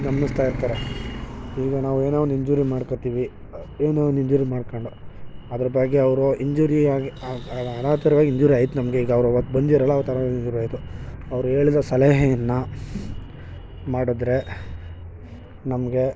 ಗಮ್ನಿಸ್ತಾ ಇರ್ತಾರೆ ಈಗ ನಾವೇನೋ ಒಂದು ಇಂಜುರಿ ಮಾಡ್ಕೋತೀವಿ ಏನೋ ಒಂದು ಇಂಜುರಿ ಮಾಡ್ಕಂಡು ಅದ್ರ ಬಗ್ಗೆ ಅವರು ಇಂಜುರಿಯಾಗಿ ಅನಾತುರವಾಗಿ ಇಂಜುರಿ ಆಯ್ತು ನಮಗೆ ಈಗ ಅವ್ರು ಅವತ್ತು ಬಂದಿರಲ್ಲ ಅವತ್ತು ಅನಾತುರವಾಯಿತು ಅವ್ರು ಹೇಳಿದ ಸಲಹೆಯನ್ನು ಮಾಡಿದ್ರೆ ನಮಗೆ